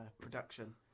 production